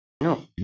No